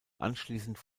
anschliessend